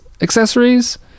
accessories